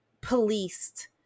policed